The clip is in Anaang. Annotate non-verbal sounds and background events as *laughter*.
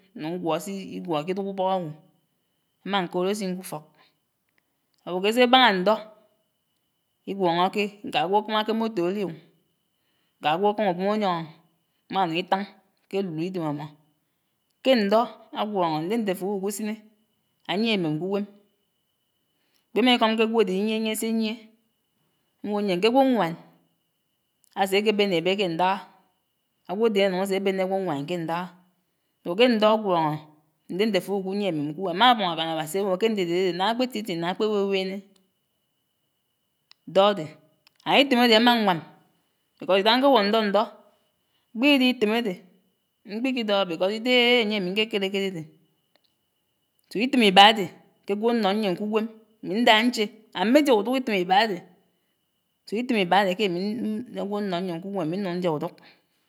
Ñnuñ ñgwó s'ígwó íkíduk ubók ágwo, ámá ñkòòd ásinkufók, áwó késibáñá ñndó, ígwóñóké ñkó ágwo ákámá k'moto áli ò, ñkó ágwo ákámá ubom-ayoñò, ámánuñ ítáñ ké lulu idem ámó. Ké ñndó ágwóñó ñndé ñnte áfòwukusíné áyié émém k'uwem, mkpímáíkóm kégwodé íyièyíè sèyiè, áñwò ñyien ké ágwoñwan ásekébéné ébé ke ñndágá, ágwoden ánuñ áse ábéné ágwoñwan ke ñndágá. Áwó ke ñndó ágwoñó ñnde ñnté áfòwuku uyié émém k'uwem àmàñ ákám Áwási áwò ke ñndédé ádédé nágá ákpé tiétié nágá ákpé wéwéné dó ádé, and ítém ádé ámá ñwám bikós ídágá ñké wògò ñndó ñndó kpídíí ítém àdé mkpíkí dógó bikós ídégé ányé ámi ñkékéréké ádédé. So ítém íbàdé ké'gwo ánó ñyién k'uwem, ámi ndá ñché ámmé diá uduk ítém íbádé. So ítém íbádé ké ámi *unintelligible* k'agwo ánó ñyien k'uwem m ámi ñnuñ ñdiá uduk